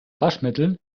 waschmittel